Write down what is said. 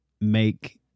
make